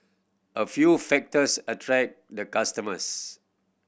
a few factors attract the customers